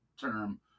term